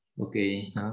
Okay